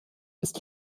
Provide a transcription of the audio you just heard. ist